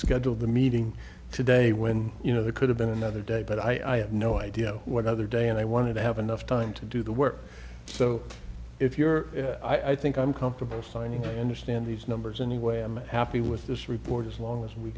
scheduled the meeting today when you know there could have been another day but i have no idea what other day and i wanted to have enough time to do the work so if you're i think i'm comfortable signing to understand these numbers anyway i'm happy with this report as long as we